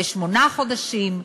ושמונה חודשים.